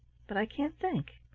but i can't think.